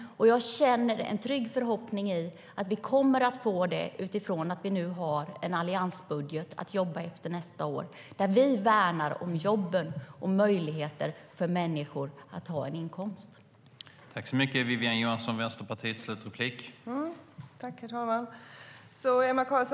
Jag är trygg i att det kommer att bli så utifrån att det finns en alliansbudget att jobba efter nästa år där vi värnar jobben och möjligheten för människor att ha en inkomst.